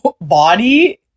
body